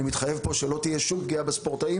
אני מתחייב פה שלא תהיה שום פגיעה בספורטאים.